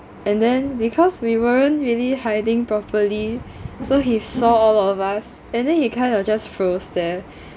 and then because we weren't really hiding properly so he saw all of us and then he kind of just froze there